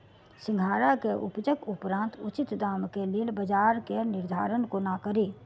सिंघाड़ा केँ उपजक उपरांत उचित दाम केँ लेल बजार केँ निर्धारण कोना कड़ी?